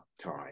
time